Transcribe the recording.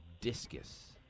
discus